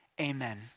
amen